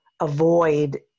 avoid